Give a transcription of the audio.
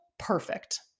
perfect